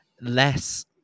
less